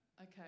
okay